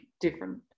different